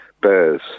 Bears